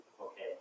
Okay